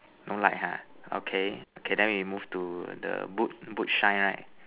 no light ah okay okay then we move to the boot boot shine right